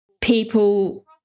people